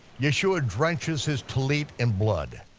yeshua drenches his tallit in blood,